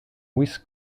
west